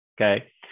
Okay